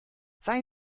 sei